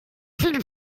viel